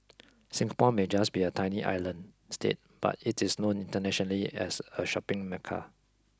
Singapore may just be a tiny island state but it is known internationally as a shopping mecca